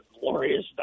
glorious